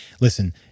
Listen